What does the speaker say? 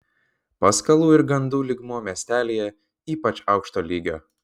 paskalų ir gandų lygmuo miestelyje ypač aukšto lygio